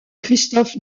christoph